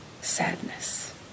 sadness